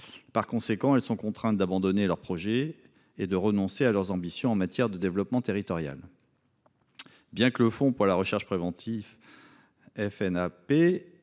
Par conséquent, elles sont contraintes d'abandonner leurs projets et de renoncer à leurs ambitions en matière de développement territorial. Bien que le Fonds national pour l'archéologie préventive